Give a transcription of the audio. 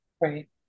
Right